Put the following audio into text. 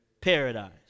paradise